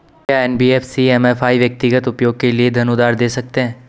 क्या NBFC MFI व्यक्तिगत उपयोग के लिए धन उधार दें सकते हैं?